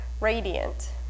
radiant